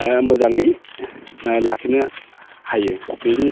मोजाङै लाखिनो हायो बेनि